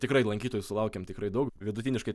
tikrai lankytojų sulaukiam tikrai daug vidutiniškai